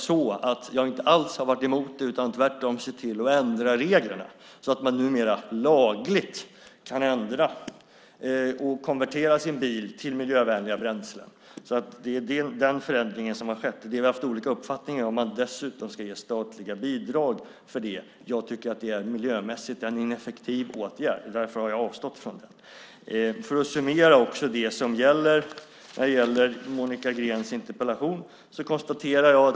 Jag har inte alls varit mot det utan tvärtom sett till att ändra reglerna så att man numera lagligt kan konvertera sin bil för att kunna använda miljövänliga bränslen. Det är den förändringen som har skett. Det som vi har haft olika uppfattningar om är om man dessutom ska ge statliga bidrag för det. Jag tycker att det miljömässigt är en ineffektiv åtgärd. Därför har jag avstått från den. Jag ska summera vad som gäller i fråga om Monica Greens interpellation.